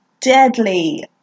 deadly